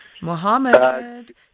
Mohammed